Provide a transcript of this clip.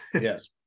Yes